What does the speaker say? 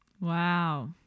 Wow